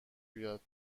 بیاد